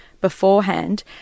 beforehand